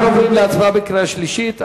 אנחנו עוברים להצבעה בקריאה שלישית: